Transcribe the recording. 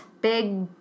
Big